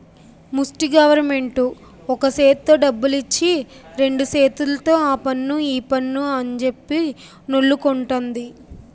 ముస్టి గవరమెంటు ఒక సేత్తో డబ్బులిచ్చి రెండు సేతుల్తో ఆపన్ను ఈపన్ను అంజెప్పి నొల్లుకుంటంది